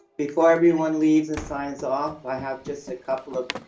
before everyone leaves, and signs off. i have just a couple of